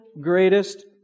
greatest